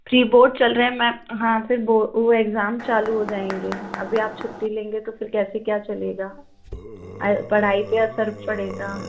pre-board चल रहे हैं मैम हाँ फिर बो वो एग्ज़ाम चालू हो जाएँगे अभी आप छुट्टी लेंगे तो फिर कैसे क्या चलेगा पढ़ाई पर असर पड़ेगा